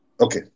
Okay